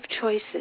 choices